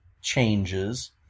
changes